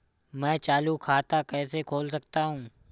मैं चालू खाता कैसे खोल सकता हूँ?